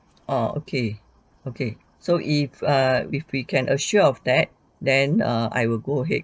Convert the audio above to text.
oh okay okay so if uh if we can assure of that then err I will go ahead